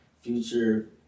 Future